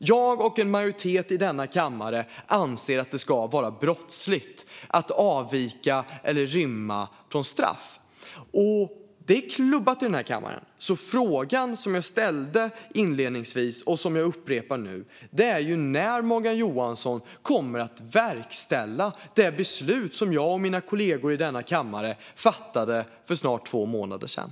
Jag och en majoritet i denna kammare anser att det ska vara brottsligt att avvika eller rymma från straff. Detta är klubbat i den här kammaren. Frågan som jag ställde inledningsvis och som jag nu upprepar är när Morgan Johansson kommer att verkställa det beslut som jag och mina kollegor i denna kammare fattade för snart två månader sedan.